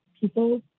people